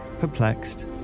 perplexed